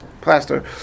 Plaster